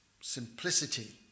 simplicity